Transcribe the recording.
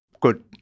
Good